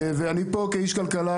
ואני פה כאיש כלכלה,